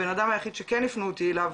הבנאדם היחיד שכן הפנו אותי אליו,